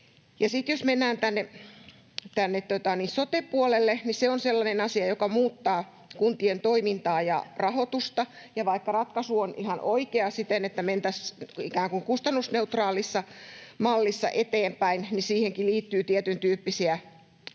jos mennään sote-puolelle, niin se on sellainen asia, joka muuttaa kuntien toimintaa ja rahoitusta, ja vaikka ratkaisu on ihan oikea siten, että mentäisiin ikään kuin kustannusneutraalissa mallissa eteenpäin, niin siihenkin liittyy tietyntyyppisiä epävarmuuksia.